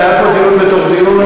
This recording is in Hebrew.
זה היה פה דיון בתוך דיון,